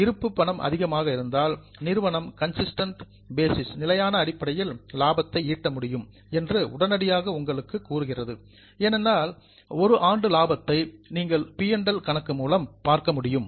இருப்பு பணம் அதிகமாக இருந்தால் நிறுவனம் கன்சிஸ்டன்ட் பேசிஸ் நிலையான அடிப்படையில் லாபத்தை ஈட்ட முடியும் என்று உடனடியாக உங்களுக்கு கூறுகிறது ஏனெனில் 1 ஆண்டு லாபத்தை நீங்கள் பி மற்றும் எல் PL கணக்கு மூலம் பார்க்க முடியும்